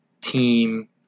team